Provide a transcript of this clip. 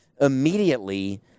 immediately